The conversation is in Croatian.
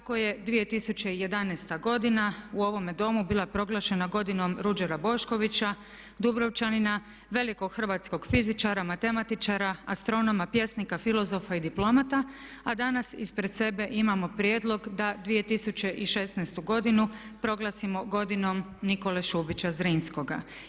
Tako je 2011. godina u ovome Domu bila proglašena godinom Ruđera Boškovića, Dubrovčanina, velikog hrvatskog fizičara, matematičara, astronoma, pjesnika, filozofa i diplomata a danas ispred sebe imamo prijedlog da 2016. godinu proglasimo godinom Nikole Šubića Zrinskoga.